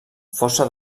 força